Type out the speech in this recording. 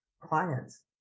clients